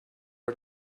are